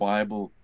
Bible